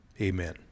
amen